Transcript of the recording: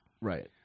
Right